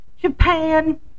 Japan